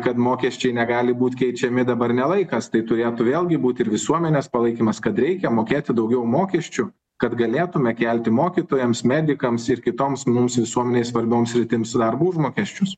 kad mokesčiai negali būt keičiami dabar ne laikas tai turėtų vėlgi būt ir visuomenės palaikymas kad reikia mokėti daugiau mokesčių kad galėtume kelti mokytojams medikams ir kitoms mums visuomenei svarbioms sritims darbo užmokesčius